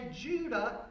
Judah